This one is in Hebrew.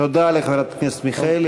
תודה לחברת הכנסת מיכאלי.